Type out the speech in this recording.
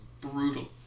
Brutal